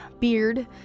Beard